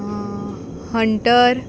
hunter